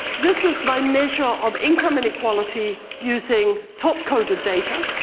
this is my measure of income and equality using top coded data,